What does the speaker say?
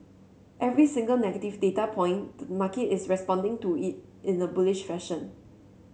every single negative data point the market is responding to it in a bullish fashion